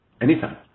anytime